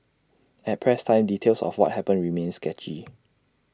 at press time details of what happened remained sketchy